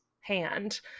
hand